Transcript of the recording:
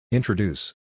Introduce